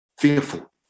fearful